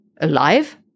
alive